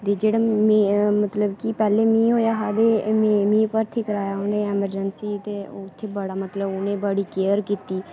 ते जेह्ड़ा मतलब कि पैहले मिगी होएया हा ते मिगी भर्थी कराया उ'नें एमरजेंसी च ते उत्थै बड़ा मतलब उ'नें बड़ी केयर कीती